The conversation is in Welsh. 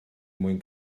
mwyn